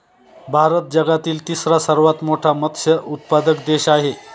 भारत जगातील तिसरा सर्वात मोठा मत्स्य उत्पादक देश आहे